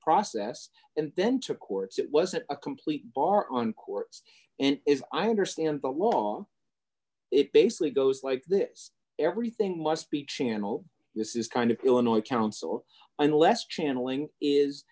process and then to courts it wasn't a complete bar on courts and if i understand the law it basically goes like this everything must be channeled this is kind of illinois counsel unless channeling is